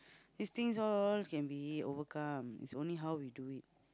these things all can be overcome it's only how we do it